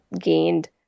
gained